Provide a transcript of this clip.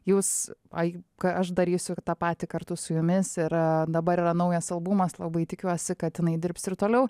jūs ką aš darysiu tą patį kartu su jumis ir dabar yra naujas albumas labai tikiuosi kad jinai dirbs ir toliau